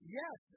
yes